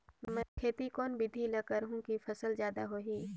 मै खेती कोन बिधी ल करहु कि फसल जादा होही